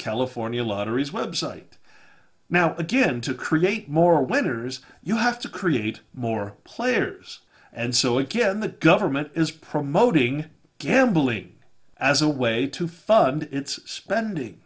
california lotteries website now again to create more winners you have to create more players and so again the government is promoting gambling as a way to fund its spending